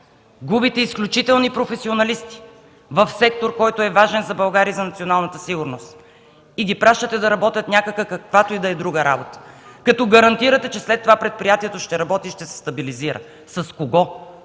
Губите изключителни професионалисти в сектор, важен за България и за националната сигурност, и ги пращате да работят каквато и да е друга работа. Гарантирате, че след това предприятието ще работи и ще се стабилизира. С кого,